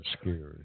scary